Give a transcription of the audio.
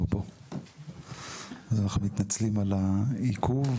אנחנו מתנצלים על העיכוב,